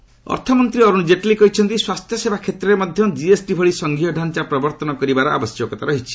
Jaitley health care ଅର୍ଥମନ୍ତୀ ଅରୁଣ ଜେଟ୍ଲୀ କହିଛନ୍ତି ସ୍ୱାସ୍ଥ୍ୟସେବା କ୍ଷେତ୍ରରେ ମଧ୍ୟ ଜିଏସ୍ଟି ଭଳି ସଂଘୀୟ ଡାଞ୍ଚା ପ୍ରବର୍ତ୍ତନ କରିବାର ଆବଶ୍ୟକତା ରହିଛି